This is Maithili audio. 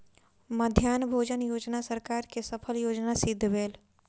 मध्याह्न भोजन योजना सरकार के सफल योजना सिद्ध भेल